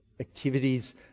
activities